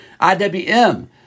IWM